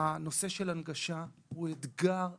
שהנושא של הדגשה הוא אתגר אמיתי.